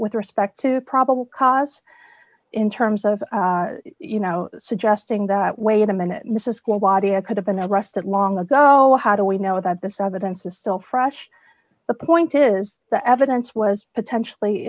with respect to probable cause in terms of you know suggesting that wait a minute this is cool wadia could have been arrested long ago how do we know that this evidence is still fresh the point is the evidence was potentially